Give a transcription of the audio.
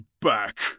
back